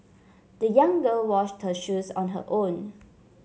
the young girl washed her shoes on her own